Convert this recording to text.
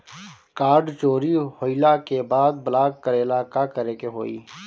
Card चोरी होइला के बाद ब्लॉक करेला का करे के होई?